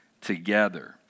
together